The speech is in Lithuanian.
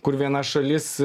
kur viena šalis